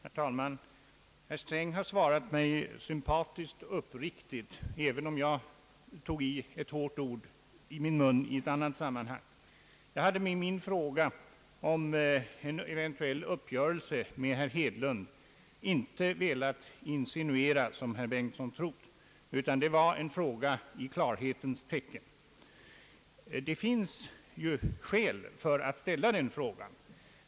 Herr talman! Statsrådet Sträng har svarat mig sympatiskt uppriktigt, även om jag tog ett hårt ord i min mun i ett och annat sammanhang. Jag hade i min fråga om en eventuell uppgörelse med herr Hedlund inte velat insinuera, som herr Bengtson tror, utan det var en fråga i klarhetens tecken. Det finns skäl att ställa denna fråga.